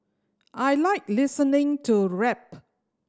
I like listening to rap